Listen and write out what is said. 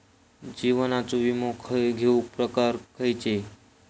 जीवनाचो विमो घेऊक प्रकार खैचे?